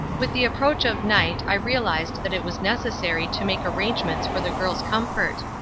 with the approach of night i realized that it was necessary to make arrangements for the girl's comfort.